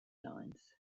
lines